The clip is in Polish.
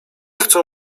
chcą